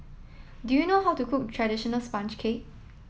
do you know how to cook traditional sponge cake